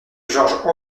georges